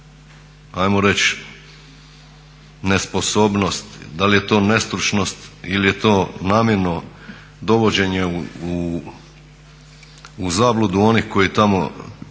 hajmo reći nesposobnost, da li je to nestručnost ili je to namjerno dovođenje u zabludu onih koji tamo